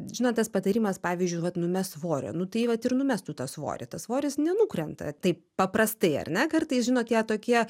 žinot tas patarimas pavyzdžiui vat numesk svorio nu tai vat ir numesk tą svorį svoris nenukrenta taip paprastai ar ne kartais žinot tie tokie